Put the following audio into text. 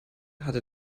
hatte